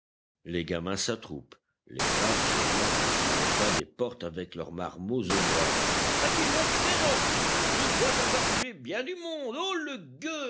les gamins s'attroupent les femmes se montrent sur le pas des portes avec leurs marmots au bras a-t-il l'air féroce il doit avoir tué bien du monde ô le gueux